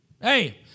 Hey